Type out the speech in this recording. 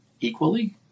equally